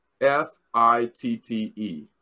f-i-t-t-e